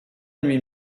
nuit